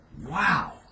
Wow